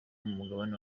mugabane